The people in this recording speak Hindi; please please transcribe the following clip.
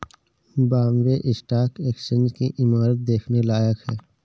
बॉम्बे स्टॉक एक्सचेंज की इमारत देखने लायक है